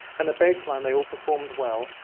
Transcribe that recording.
and at baseline they all performed well.